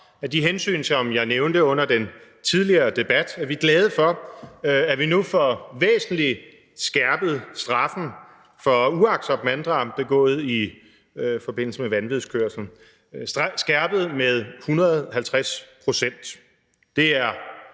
de hensyn, som jeg nævnte under den tidligere debat, er jeg glad for, at vi får væsentligt skærpet straffen for uagtsomt manddrab begået i forbindelse med vanvidskørsel – skærpet med 150 pct. Det er